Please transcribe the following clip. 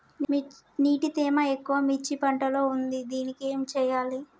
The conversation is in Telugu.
నీటి తేమ ఎక్కువ మిర్చి పంట లో ఉంది దీనికి ఏం చేయాలి?